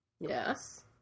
Yes